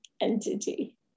entity